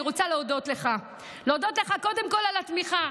ואני רוצה להודות לך קודם כול על התמיכה.